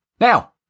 Now